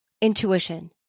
intuition